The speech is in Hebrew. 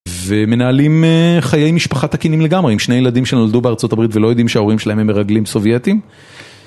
ומנהלים חיי משפחת תקינים לגמרי, עם שני ילדים שנולדו בארה״ב ולא יודעים שההורים שלהם הם מרגלים סובייטים.